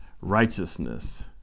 righteousness